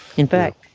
in fact,